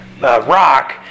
rock